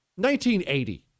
1980